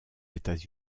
états